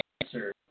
answer